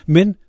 Men